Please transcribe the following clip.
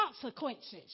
consequences